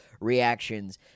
reactions